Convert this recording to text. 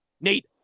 Nate